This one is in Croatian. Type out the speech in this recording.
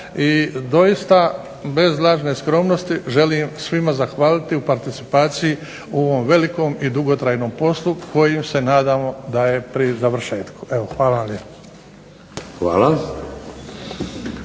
i doista bez lažne skromnosti želim svima zahvaliti u participaciji u ovom velikom i dugotrajnom poslu koji se nadamo da je pri završetku. Evo, hvala vam